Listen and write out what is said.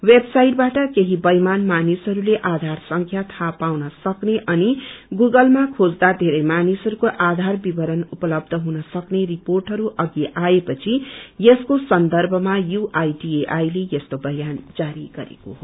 website वाट केही बेईमान मानिसहरूले आधार संख्या थाहा पाउन सक्ने अनि गुगलमा खोज्दा बेरै मानिसहरूको आधार विवरण उपलब्ब हुन सक्ने रिर्पोटहरू अधि आएपछि यसैको सन्दभामा यूआईडिएआई ले यस्तो बयान जारी गरेको हो